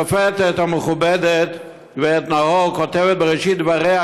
השופטת המכובדת גברת נאור כותבת בראשית דבריה